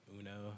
Uno